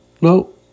no